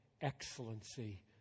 excellency